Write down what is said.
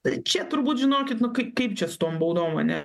tai čia turbūt žinokit nu kaip kaip čia su tom baudom ane